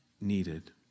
needed